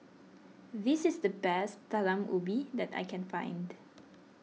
this is the best Talam Ubi that I can find